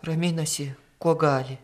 raminasi kuo gali